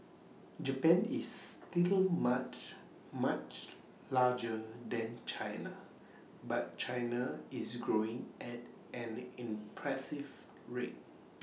Japan is still much much larger than China but China is growing at an impressive rate